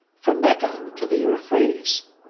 from mecca to the euphrates,